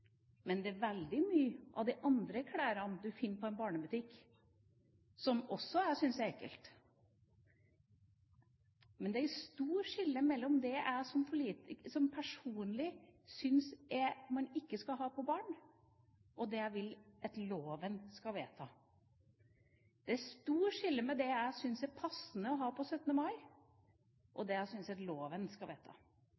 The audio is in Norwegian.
Men det er veldig mye av de andre klærne du finner i en barnebutikk som jeg også syns er ekle. Men det er et stort skille mellom det jeg personlig syns at man ikke skal ha på barn, og det jeg vil at loven skal vedta. Det er et stort skille mellom det jeg syns er passende å ha på seg på 17. mai, og